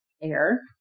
air